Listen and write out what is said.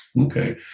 Okay